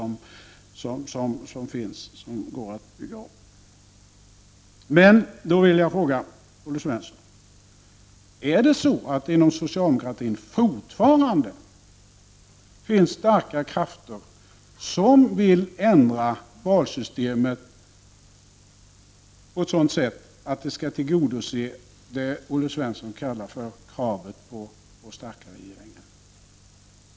I detta sammanhang vill jag fråga Olle Svensson: Är det så att det inom socialdemokratin fortfarande finns starka krafter som vill ändra valsystemet på ett sådant sätt att det skall tillgodose det som Olle Svensson kallar för kravet på starkare regeringar?